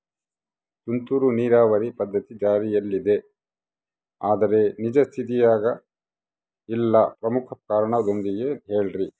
ತುಂತುರು ನೇರಾವರಿ ಪದ್ಧತಿ ಜಾರಿಯಲ್ಲಿದೆ ಆದರೆ ನಿಜ ಸ್ಥಿತಿಯಾಗ ಇಲ್ಲ ಪ್ರಮುಖ ಕಾರಣದೊಂದಿಗೆ ಹೇಳ್ರಿ?